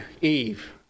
Eve